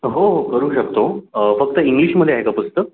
हो हो करू शकतो फक्त इंग्लिशमध्ये आहे का पुस्तक